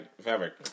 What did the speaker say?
fabric